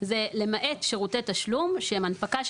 זה "למעט שירותי תשלום שהם הנפקה של